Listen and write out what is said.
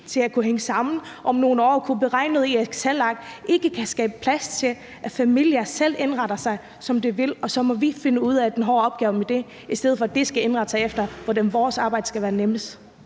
til at hænge sammen om nogle år beregnet i et excelark ikke kan skabe plads til, at familier selv indretter sig, som de vil, og så må vi finde ud af at løse den hårde opgave med det, i stedet for at de skal indrette sig efter, hvordan vores arbejde bliver nemmest?